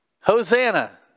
Hosanna